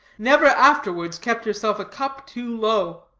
never afterwards kept herself a cup too low.